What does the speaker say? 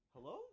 hello